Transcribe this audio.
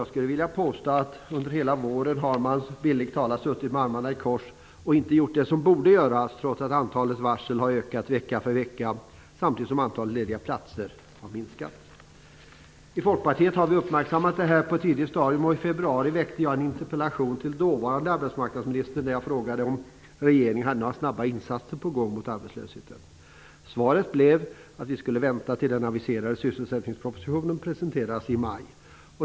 Jag skulle vilja påstå att regeringen under hela våren har suttit med armarna i kors och inte gjort det som borde göras trots att antalet varsel har ökat vecka för vecka, samtidigt som antalet lediga platser har minskat. Vi i Folkpartiet har uppmärksammat detta på ett tidigt stadium. I februari ställde jag en interpellation till den dåvarande arbetsmarknadsministern där jag frågade om regeringen hade några omedelbara insatser på gång mot arbetslösheten. Svaret blev att vi skulle vänta till den aviserade sysselsättningspropositionen presenterades i maj.